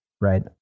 right